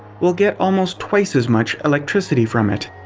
we'll get almost twice as much electricity from it,